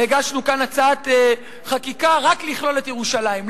והגשנו כאן הצעת חקיקה רק לכלול את ירושלים.